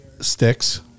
Sticks